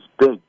big